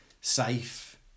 safe